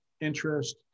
interest